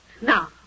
Now